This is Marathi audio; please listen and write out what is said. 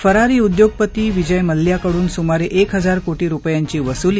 फरारी उद्योगपती विजय मल्ल्या कडून सुमारे एक हजार कोटी रुपयांची वसुली